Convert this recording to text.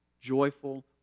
joyful